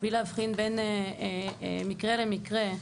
בלי להבחין בין מקרה למקרה.